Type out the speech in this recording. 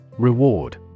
Reward